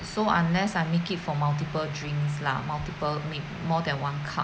so unless I make it for multiple drinks lah multiple make more than one cup